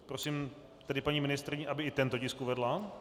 Prosím tedy paní ministryni, aby i tento tisk uvedla.